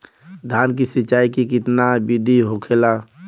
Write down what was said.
धान की सिंचाई की कितना बिदी होखेला?